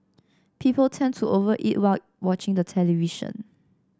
people tend to over eat while watching the television